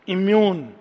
Immune